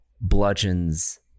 bludgeons